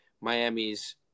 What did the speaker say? Miami's